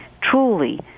truly